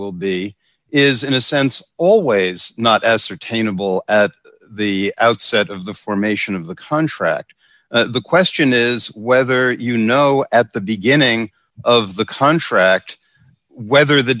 will be is in a sense always not as certina bl at the outset of the formation of the contract the question is whether you know at the beginning of the contract whether the